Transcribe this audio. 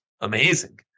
Amazing